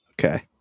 okay